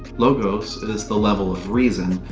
logos is the level of reason,